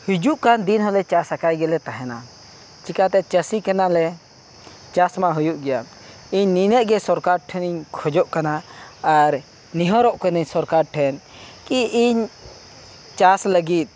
ᱦᱤᱡᱩᱜ ᱠᱟᱱ ᱫᱤᱱᱦᱚᱸᱞᱮ ᱪᱟᱥ ᱟᱠᱟᱭᱜᱮᱞᱮ ᱛᱟᱦᱮᱱᱟ ᱪᱮᱠᱟᱹᱛᱮ ᱪᱟᱹᱥᱤ ᱠᱟᱱᱟᱞᱮ ᱪᱟᱥᱢᱟ ᱦᱩᱭᱩᱜ ᱜᱮᱭᱟ ᱤᱧ ᱱᱤᱱᱟᱹᱜ ᱜᱮ ᱥᱚᱨᱠᱟ ᱴᱷᱮᱱᱮᱧ ᱠᱷᱚᱡᱚᱜ ᱠᱟᱱᱟ ᱟᱨ ᱱᱮᱦᱚᱨᱚᱜ ᱠᱟᱱᱟᱹᱧ ᱥᱚᱨᱠᱟᱨ ᱴᱷᱮᱱ ᱠᱤ ᱤᱧ ᱪᱟᱥ ᱞᱟᱹᱜᱤᱫ